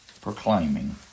proclaiming